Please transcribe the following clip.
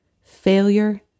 failure